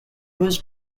was